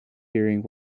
hearing